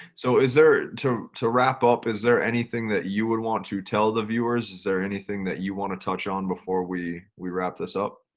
so is there to to wrap up? is there anything that you would want to tell the viewers? is there anything that you want to touch on before we we wrap this up?